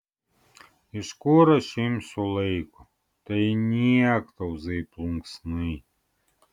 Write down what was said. iš kur aš imsiu laiko tai niektauzai plunksnai